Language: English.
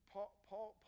Paul